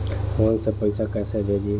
Phone से पैसा कैसे भेजी?